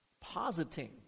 positing